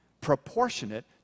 proportionate